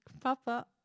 Papa